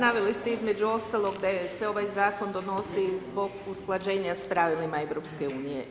Naveli ste između ostalog, da se je ovaj zakon donosio zbog usklađenja s pravilima EU.